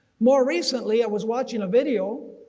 more recently i was watching a video,